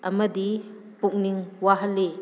ꯑꯃꯗꯤ ꯄꯨꯛꯅꯤꯡ ꯋꯥꯍꯜꯂꯤ